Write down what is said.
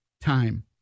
time